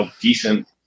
decent